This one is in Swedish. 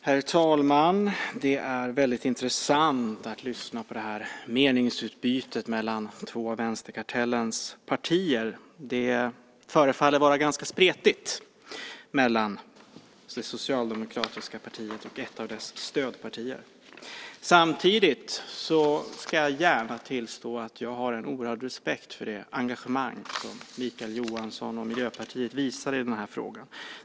Herr talman! Det är väldigt intressant att lyssna på meningsutbytet mellan två av vänsterkartellens partier. Det förefaller vara ganska spretigt mellan det socialdemokratiska partiet och ett av dess stödpartier. Samtidigt ska jag gärna tillstå att jag har en oerhörd respekt för det engagemang som Mikael Johansson och Miljöpartiet visar i den här frågan.